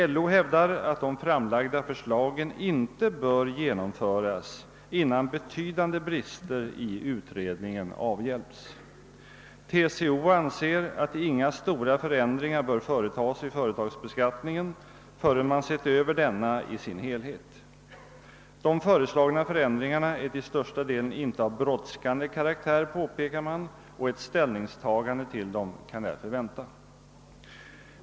LO hävdar att de framlagda förslagen inte bör genomföras innan betydande brister i utredningen avhjälpts. TCO anser att inga stora förändringar bör införas i företagsbeskattningen förrän man sett över denna i dess helhet. Man påpekar att de föreslagna förändringarna till största delen. inte är av brådskande karaktär och att ett ställningstagande till dem därför kan vänta.